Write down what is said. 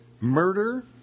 Murder